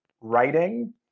writing